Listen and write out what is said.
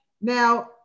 Now